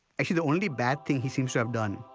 actually the only bad thing he seems to have done.